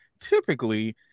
typically